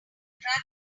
attract